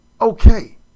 okay